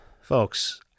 folks